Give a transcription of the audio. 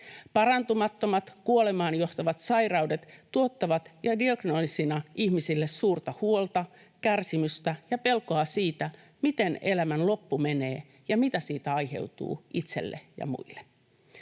Parantumattomat kuolemaan johtavat sairaudet tuottavat jo diagnoosina ihmisille suurta huolta, kärsimystä ja pelkoa siitä, miten elämän loppu menee ja mitä siitä aiheutuu itselle ja muille.